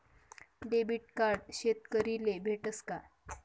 Debit card शेतकरीले भेटस का?